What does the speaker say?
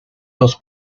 los